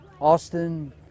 Austin